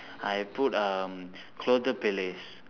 I put um